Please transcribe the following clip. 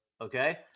Okay